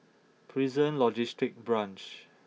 Prison Logistic Branch